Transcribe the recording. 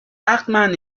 hartmann